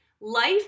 Life